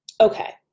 Okay